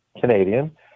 Canadian